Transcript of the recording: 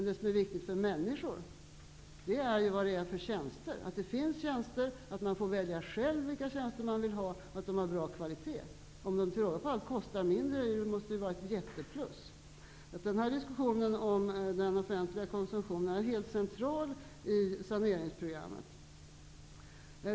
Det viktiga för människorna är att det finns tjänster, att de själva får välja vilka tjänster de vill ha och att tjänsterna är av bra kvalitet. Det måste var ett jätteplus om tjänsterna till råga på allt kostar mindre. Diskussionen om den offentliga konsumtionen är helt central i saneringsprogrammet.